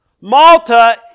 Malta